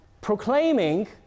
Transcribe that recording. proclaiming